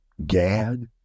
Gad